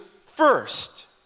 first